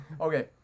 okay